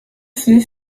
fut